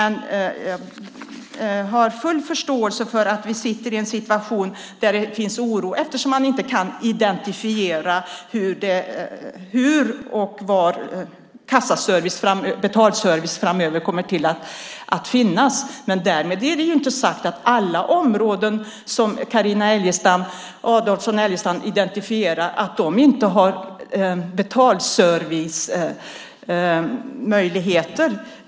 Jag har full förståelse för att vi sitter i en situation där det finns oro när man inte kan identifiera hur och var betalservice framöver kommer att finnas. Men därmed är inte sagt att alla de områden som Carina Adolfsson Elgestam identifierar inte ska ha betalservice.